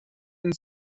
and